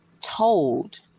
told